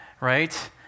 right